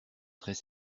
très